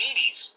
80s